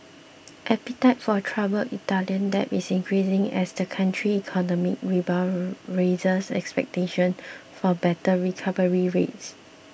appetite for troubled Italian debt is increasing as the country's economic rebound raises expectations for better recovery rates